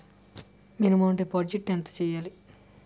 Minimum deposit ఎంత చెయ్యాలి?